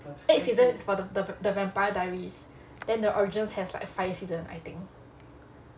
eight seasons is for the vamp~ the vampire diaries then the originals has like five seasons I think